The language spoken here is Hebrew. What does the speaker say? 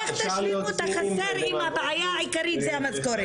איך תשלימו את החסר אם הבעיה העיקרית היא המשכורת?